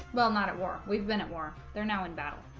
well not at war we've been at war they're now in battle